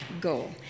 goal